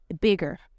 bigger